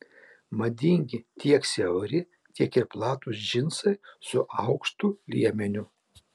madingi tiek siauri tiek ir platūs džinsai su aukštu liemeniu